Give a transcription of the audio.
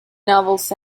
novels